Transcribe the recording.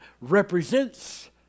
represents